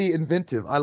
inventive